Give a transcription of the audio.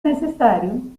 necesario